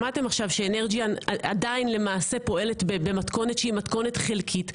שמעתם ש-Energean עדיין פועלת במתכונת חלקית,